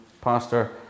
pastor